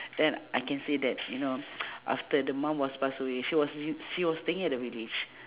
then I can say that you know after the mom was pass away she was r~ she was staying at the village